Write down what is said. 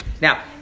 Now